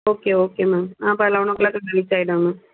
okay okay ma'am நான் அப்போ eleven o'clock அங்கே ரீச் ஆகிடுவேன் மேம்